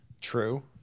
True